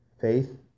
Faith